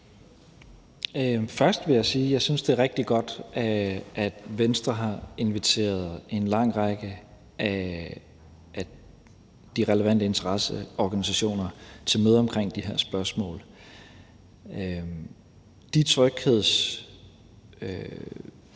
Først vil jeg sige, at jeg synes, det er rigtig godt, at Venstre har inviteret en lang række af de relevante interesseorganisationer til møde omkring de her spørgsmål. De tryghedstiltag,